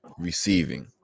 Receiving